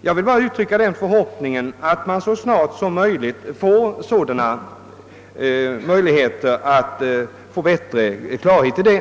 Jag vill bara uttrycka den förhoppningen att man så snart som möjligt får förutsättningar att skapa klarhet härvidlag.